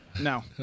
No